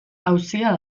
auzia